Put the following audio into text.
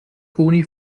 toni